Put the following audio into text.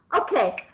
Okay